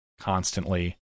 constantly